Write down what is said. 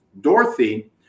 Dorothy